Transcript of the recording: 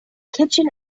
kitchen